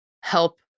help